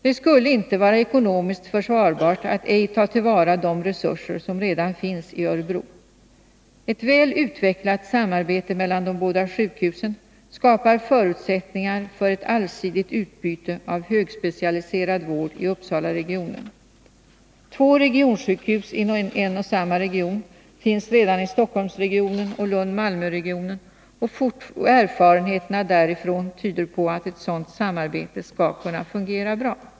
Det skulle icke vara ekonomiskt försvarbart att ej tillvarata de resurser som redan finns i Örebro. Ett väl utvecklat samarbete mellan de båda sjukhusen skapar förutsättningar för ett allsidigt utbyte av högspecialiserad vård i Uppsalaregionen. Två regionsjukhus inom en och samma region finns redan i Stockholmsregionen och Lund-Malmöregionen, och erfarenheterna därifrån tyder på att ett sådant samarbete skall fungera bra.